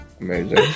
amazing